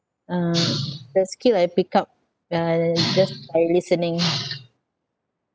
uh the skill I pick up uh just by listening